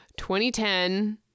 2010